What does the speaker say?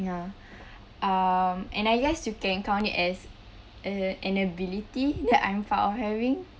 ya um and I guess you can count as uh an ability that I'm proud of having